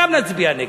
גם נצביע נגד.